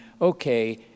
okay